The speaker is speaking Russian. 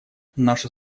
наша